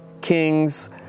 King's